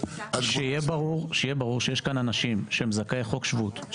שיהיה ברור שיש פה אנשים שהם זכאי חוק שבות,